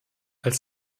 als